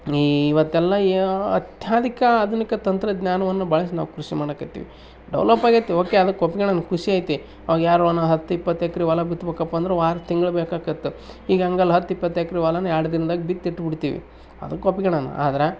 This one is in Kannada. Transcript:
ಈ ಇವತ್ತೆಲ್ಲ ಯಾ ಅತ್ಯಾಧಿಕ ಆಧುನಿಕ ತಂತ್ರ ಜ್ಞಾನವನ್ನು ಬಳಸಿ ನಾವು ಕೃಷಿ ಮಾಡಕತೀವಿ ಡೆವೆಲಪ್ ಆಗೈತಿ ಓಕೆ ಅದಕ್ಕೆ ಒಪ್ಕೊಳನ್ ಖುಷಿ ಐತಿ ಅವಾಗ ಯಾರು ಒನ ಹತ್ತು ಇಪ್ಪತ್ತು ಎಕರೆ ಹೊಲ ಬಿತ್ಬೇಕಪ್ಪಾ ಅಂದ್ರೆ ವಾರ ತಿಂಗ್ಳು ಬೇಕಾಗತ್ ಈಗ ಹಂಗಲ್ ಹತ್ತು ಇಪ್ಪತ್ತು ಎಕ್ರಿ ಹೊಲ ಎರಡು ದಿನ್ದಾಗೆ ಬಿತ್ತಿಟ್ಟುಬಿಡ್ತಿವಿ ಅದಕ್ ಒಪ್ಕೊಳನ ಆದ್ರೆ